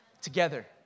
together